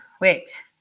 wait